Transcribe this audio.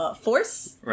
force